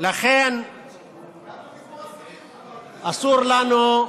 לכן, גם בביקור אסירים,